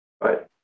Right